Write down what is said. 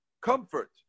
comfort